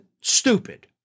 stupid